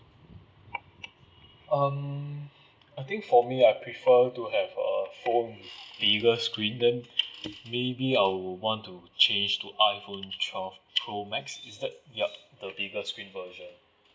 um I think for me I prefer to have a phone biggest screen then maybe I would want to change to iphone twelve pro max is that yup the bigger screen version